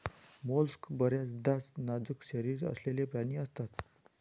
mollusc बर्याचदा नाजूक शरीर असलेले प्राणी असतात